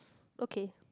okay